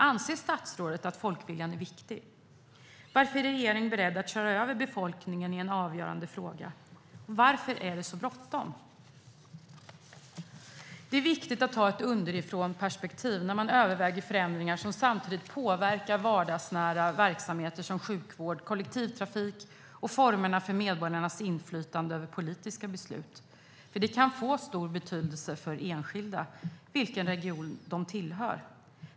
Anser statsrådet att folkviljan är viktig? Varför är regeringen beredd att köra över befolkningen i en avgörande fråga? Varför är det så bråttom? Det är viktigt att ha ett underifrånperspektiv när man överväger förändringar som samtidigt påverkar vardagsnära verksamheter som sjukvård och kollektivtrafik och formerna för medborgarnas inflytande över politiska beslut. Det kan få stor betydelse för enskilda vilken region de tillhör.